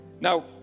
Now